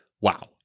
Wow